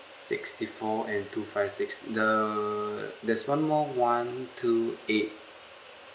sixty four and two five six the there's one more one two eight